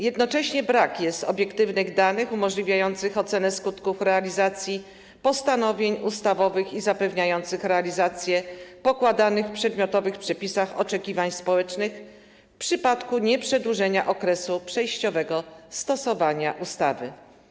Jednocześnie brak jest obiektywnych danych umożliwiających ocenę skutków realizacji postanowień ustawowych i zapewniających realizację pokładanych w przedmiotowych przepisach oczekiwań społecznych w przypadku nieprzedłużenia okresu przejściowego stosowania ustawy.